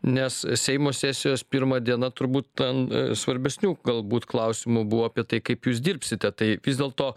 nes seimo sesijos pirma diena turbūt ten svarbesnių galbūt klausimų buvo apie tai kaip jūs dirbsite taip vis dėlto